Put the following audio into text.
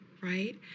right